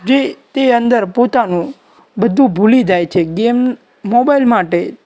જે તે અંદર પોતાનું બધું ભૂલી જાય છે ગેમ મોબાઈલ માટે